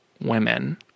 women